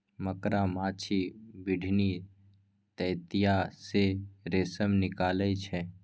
मकड़ा, माछी, बिढ़नी, ततैया सँ रेशम निकलइ छै